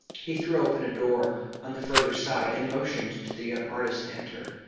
he threw open a door on the further side, and motioned to the young artist to enter.